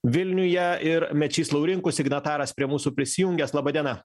vilniuje ir mečys laurinkus signataras prie mūsų prisijungęs laba diena